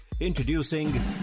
Introducing